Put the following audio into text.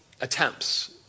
attempts